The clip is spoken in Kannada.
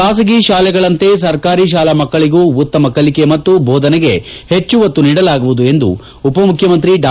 ಖಾಸಗಿ ಶಾಲೆಗಳಂತೆ ಸರ್ಕಾರಿ ಶಾಲಾ ಮಕ್ಕಳಿಗೂ ಉತ್ತಮ ಕಲಿಕೆ ಮತ್ತು ಬೋಧನೆಗೆ ಹೆಚ್ಚು ಒತ್ತು ನೀಡಲಾಗುವುದು ಎಂದು ಉಪಮುಖ್ಯಮಂತ್ರಿ ಡಾ